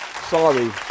Sorry